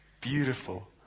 Beautiful